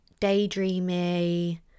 daydreamy